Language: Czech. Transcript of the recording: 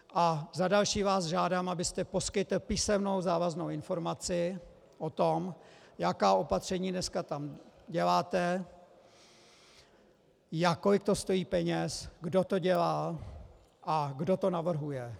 A za další vás žádám, abyste poskytl písemnou závaznou informaci o tom, jaká opatření tam dneska děláte, kolik to stojí peněz, kdo to dělá a kdo to navrhuje.